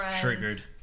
triggered